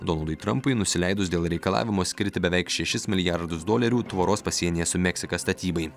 donaldui trampui nusileidus dėl reikalavimo skirti beveik šešis milijardus dolerių tvoros pasienyje su meksika statybai